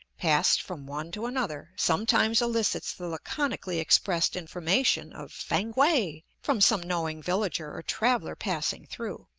passed from one to another, sometimes elicits the laconically expressed information of fankwae from some knowing villager or traveller passing through,